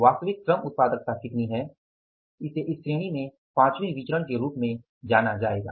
वास्तविक श्रम उत्पादकता कितनी है इसे इस श्रेणी में पाँचवें विचरण के रूप में जाना जायेगा